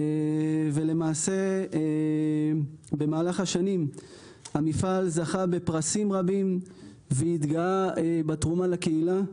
ולמעשה במהלך השנים המפעל זכה בפרסים רבים והתגאה בתרומה לקהילה.